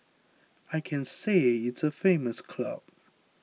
I can say it's a famous club